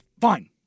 fine